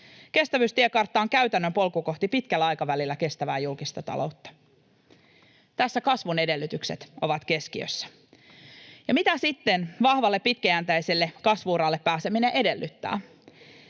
Kestävyystiekartta on käytännön polku kohti kestävää julkista taloutta pitkällä aikavälillä. Tässä kasvun edellytykset ovat keskiössä. Mitä sitten vahvalle, pitkäjänteiselle kasvu-uralle pääseminen edellyttää?